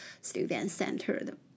student-centered